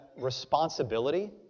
responsibility